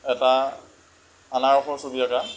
এটা আনাৰসৰ ছবি আঁকা